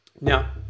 Now